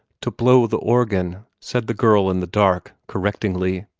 to blow the organ, said the girl in the dark, correctingly.